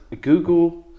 Google